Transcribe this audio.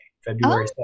February